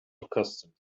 accustomed